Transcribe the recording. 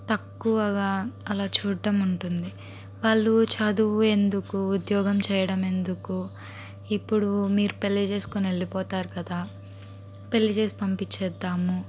తక్కువుగా అలా చూడడం ఉంటుంది వాళ్ళు చదువు ఎందుకు ఉద్యోగం చేయడం ఎందుకు ఇప్పుడు మీరు పెళ్లి చేసుకుని వెళ్లిపోతారు కదా పెళ్లి చేసి పంపించేద్దాము